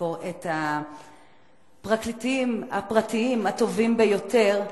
לשכור את הפרקליטים הפרטיים הטובים ביותר.